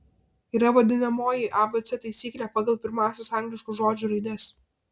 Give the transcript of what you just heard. yra vadinamoji abc taisyklė pagal pirmąsias angliškų žodžių raides